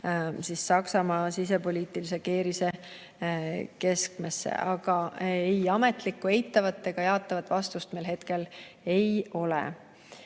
sellise Saksamaa sisepoliitilise keerise keskmesse. Aga ametlikku eitavat ega jaatavat vastust meil hetkel ei ole.